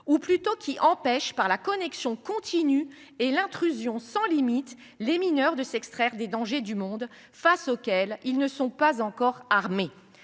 ou plutôt qui, par la connexion continue et l’intrusion sans limites, empêche les mineurs de s’extraire des dangers du monde, face auquel ils ne sont pas encore armés.